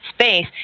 space